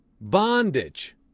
bondage